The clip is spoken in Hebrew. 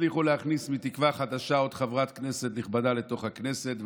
שהצליחו להכניס מתקווה חדשה עוד חברת כנסת נכבדה לתוך הכנסת,